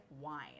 wine